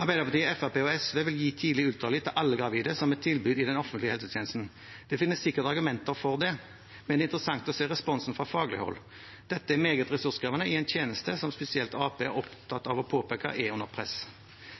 Arbeiderpartiet, Fremskrittspartiet og SV vil gi tidlig ultralyd til alle gravide som et tilbud i den offentlige helsetjenesten. Det finnes sikkert argumenter for det, men det er interessant å se responsen fra faglig hold. Dette er meget ressurskrevende i en tjeneste som spesielt Arbeiderpartiet er opptatt av å påpeke er under press.